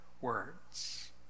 words